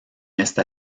esta